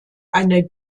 eine